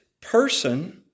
person